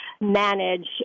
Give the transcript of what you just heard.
manage